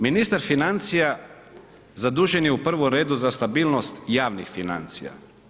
Ministar financija zadužen je u prvom redu za stabilnost javnih financija.